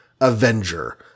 Avenger